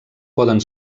poden